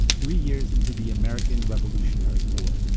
three years into the american revolutionary war.